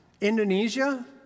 Indonesia